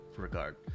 regard